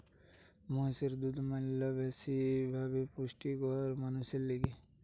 মহিষের দুধ ম্যালা বেশি ভাবে পুষ্টিকর মানুষের লিগে